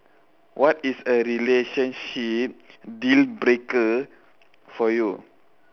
what is a relationship deal breaker for you